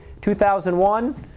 2001